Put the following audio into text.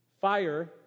fire